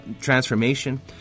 transformation